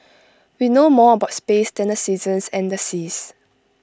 we know more about space than the seasons and the seas